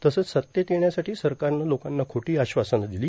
तसंच सत्तेत येण्यासाठी सरकारनं लोकांना खोटी आश्वासनं दिली